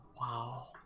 wow